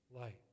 Light